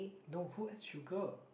no who add sugar